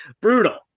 brutal